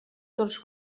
dels